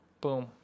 Boom